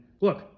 Look